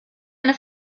eine